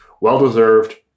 well-deserved